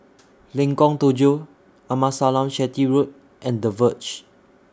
Lengkong Tujuh Amasalam Chetty Road and The Verge